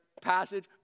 passage